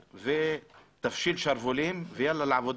תפשיל שרוולים, ויאללה לעבודה.